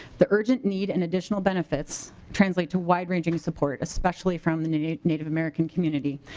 the urgent need an additional benefit translates to wide-ranging support especially from the native american community.